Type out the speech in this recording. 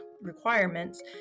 requirements